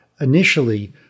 initially